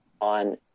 on